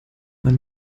man